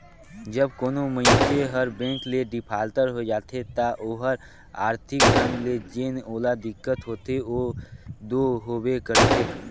जब कोनो मइनसे हर बेंक ले डिफाल्टर होए जाथे ता ओहर आरथिक ढंग ले जेन ओला दिक्कत होथे ओ दो होबे करथे